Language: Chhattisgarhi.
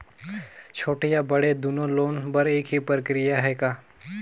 छोटे या बड़े दुनो लोन बर एक ही प्रक्रिया है का?